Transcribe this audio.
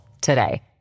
today